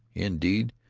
indeed,